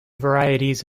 varieties